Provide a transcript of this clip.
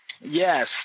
Yes